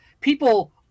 people